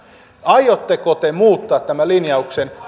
aiotteko te muuttaa tämän linjauksen